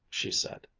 she said.